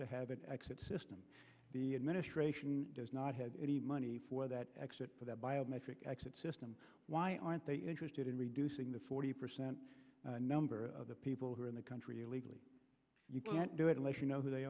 to have an exit system the administration does not have any money for that except for the biometric exit system why aren't they interested in reducing the forty percent number of the people who are in the country illegally you can't do it unless you know who they